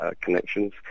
connections